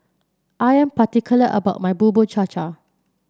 I am particular about my Bubur Cha Cha